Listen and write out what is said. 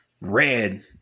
red